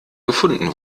gefunden